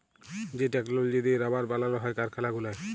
যে টেকললজি দিঁয়ে রাবার বালাল হ্যয় কারখালা গুলায়